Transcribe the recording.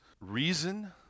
reason